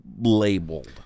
labeled